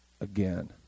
again